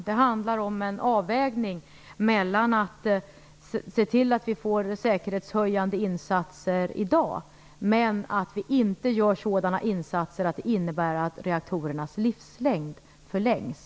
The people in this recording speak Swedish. Det handlar om en avvägning mellan att göra insatser som höjer säkerheten i dag och att göra sådana insatser som innebär att reaktorernas livslängd ökas.